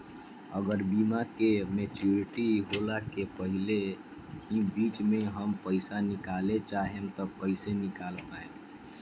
अगर बीमा के मेचूरिटि होला के पहिले ही बीच मे हम पईसा निकाले चाहेम त कइसे निकाल पायेम?